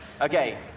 Okay